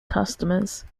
customers